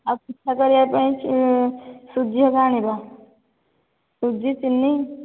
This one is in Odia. ଆଉ ପିଠା କରିବା ପାଇଁ ସୁଜି ହେରିକା ଆଣିବା ସୁଜି ଚିନି